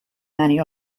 many